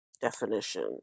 Definition